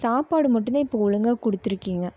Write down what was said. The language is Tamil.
சாப்பாடு மட்டும் தான் இப்போ ஒழுங்காக கொடுத்துருக்கீங்க